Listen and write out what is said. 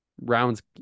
rounds